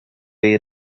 jej